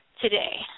Today